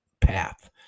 path